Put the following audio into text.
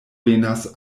venas